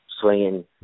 swinging